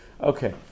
Okay